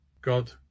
God